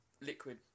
liquid